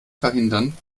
verhindern